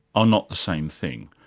are not the same thing.